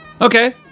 okay